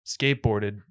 skateboarded